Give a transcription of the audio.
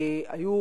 היו